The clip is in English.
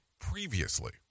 previously